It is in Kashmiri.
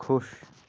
خۄش